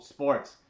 Sports